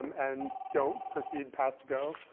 and don't proceed past go.